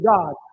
God